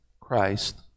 Christ